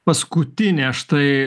paskutinė štai